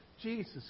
Jesus